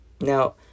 Now